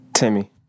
Timmy